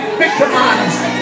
victimized